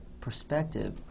perspective